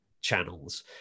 channels